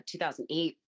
2008